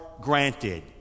granted